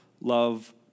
love